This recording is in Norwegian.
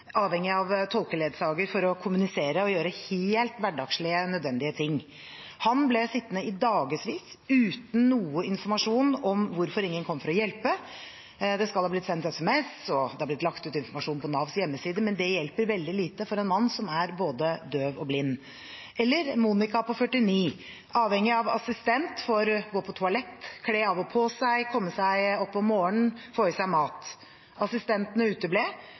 avhengig av tolkeledsager for å kommunisere og gjøre helt hverdagslige, nødvendige ting. Han ble sittende i dagevis uten noen informasjon om hvorfor ingen kom for å hjelpe. Det skal ha blitt sendt SMS, og det har blitt lagt ut informasjon på Navs hjemmeside, men det hjelper veldig lite for en mann som er både døv og blind. Monica på 49 år er avhengig av assistent for å gå på toalettet, kle av og på seg, komme seg opp om morgenen og få i seg mat. Assistentene uteble.